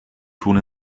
tun